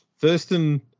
Thurston